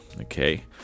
Okay